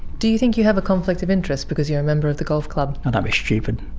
do you think you have a conflict of interest because you're a member of the golf club? don't um be stupid.